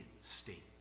state